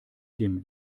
dem